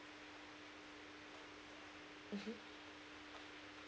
mmhmm